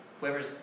whoever's